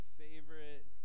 favorite